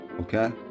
Okay